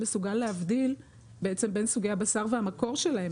שמסוגל להבדיל בין סוגי הבשר והמקור שלהם,